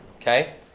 Okay